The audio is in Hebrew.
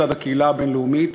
מצד הקהילה הבין-לאומית.